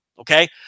Okay